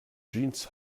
jeans